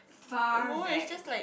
no it's just like